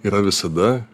yra visada